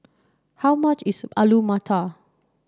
how much is Alu Matar